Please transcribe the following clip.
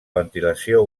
ventilació